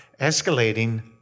escalating